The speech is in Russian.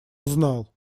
узнал